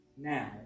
now